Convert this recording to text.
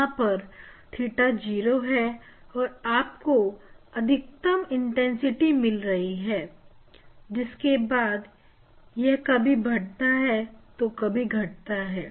यहां पर theta 0 और आप को अधिकतम इंटेंसिटी मिल रही है जिसके बाद यह कभी बढ़ता है तो कभी घटता है